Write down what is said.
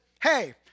Hey